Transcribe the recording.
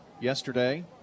yesterday